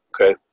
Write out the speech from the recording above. Okay